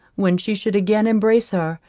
when she should again embrace her,